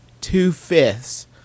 two-fifths